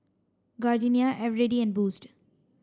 Gardenia Eveready and Boost